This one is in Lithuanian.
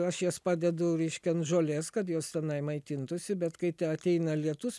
aš jas padedu reiškia ant žolės kad jos tenai maitintųsi bet kai te ateina lietus